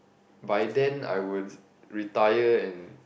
by then I would retire and